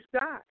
God